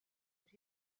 that